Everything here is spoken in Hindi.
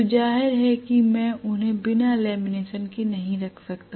तो जाहिर है मैं उन्हें बिना लेमनेशन के नहीं रख सकता